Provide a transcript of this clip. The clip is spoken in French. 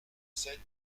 sept